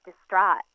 distraught